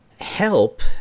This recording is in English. Help